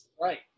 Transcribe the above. right